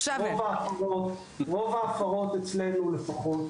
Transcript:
רוב ההפרות, אצלנו לפחות,